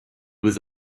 was